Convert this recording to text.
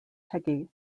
peggy